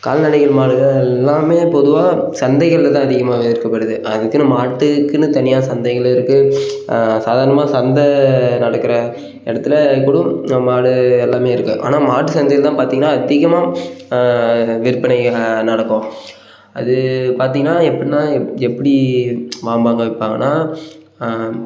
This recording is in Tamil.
கால்நடைகள் மாடுகள் எல்லாமே பொதுவாக சந்தைகளில் தான் அதிகமாக விற்கப்படுது அதுக்குனு மாட்டுக்குனு தனியாக சந்தைகள் இருக்குது சாதாரணமாக சந்தை நடக்கிற இடத்துல கூடும் நம் மாடு எல்லாமே இருக்குது ஆனால் மாட்டு சந்தையில் தான் பார்த்திங்கன்னா அதிகமாக விற்பனை நடக்கும் அது பார்த்திங்கன்னா எப்படின்னா எப்படி வாம்பாங்க விற்பாங்கன்னா